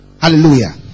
Hallelujah